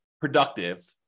productive